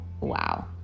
wow